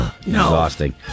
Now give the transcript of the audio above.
exhausting